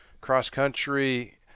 Cross-country